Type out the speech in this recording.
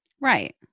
right